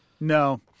No